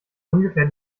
ungefähr